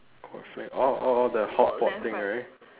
what flame oh oh oh the hotpot thing right